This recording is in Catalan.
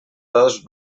dos